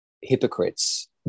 hypocrites